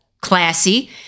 classy